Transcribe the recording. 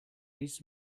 leads